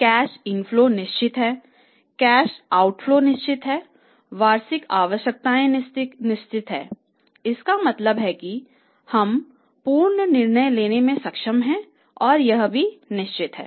cash inflow निश्चित है वार्षिक आवश्यकता निश्चित है इसका मतलब है कि हम पूर्व निर्णय लेने में सक्षम हैं और यह भी निश्चित है